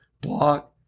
block